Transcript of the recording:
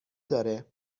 داره